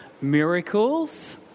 miracles